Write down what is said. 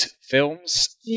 films